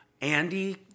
Andy